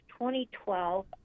2012